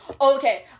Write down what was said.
Okay